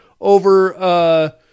over